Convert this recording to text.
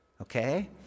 okay